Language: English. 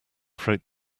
freight